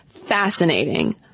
fascinating